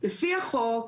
לפי החוק,